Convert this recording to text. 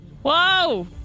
Whoa